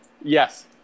Yes